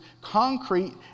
concrete